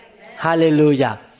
Hallelujah